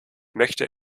möchte